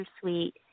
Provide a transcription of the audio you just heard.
suite